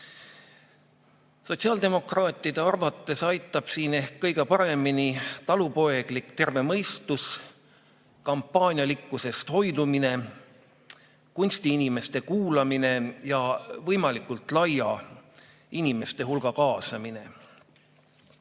Sotsiaaldemokraatide arvates aitab siin ehk kõige paremini talupoeglik terve mõistus, kampaanialikkusest hoidumine, kunstiinimeste kuulamine ja võimalikult laia inimeste hulga kaasamine. Järgnevalt